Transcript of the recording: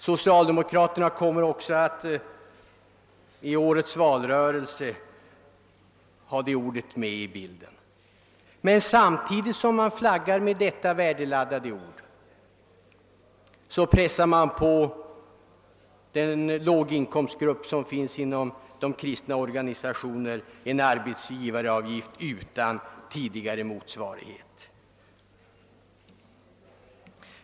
Socialdemokraterna kommer också att ha det ordet med i årets valrörelse. Men samtidigt som man flaggar med detta värdeladdade ord tvingar man på den låginkomstgrupp, som finns inom de kristna organisationerna, en arbetsgivaravgift utan tidigare motsvarighet.